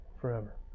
Forever